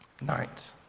night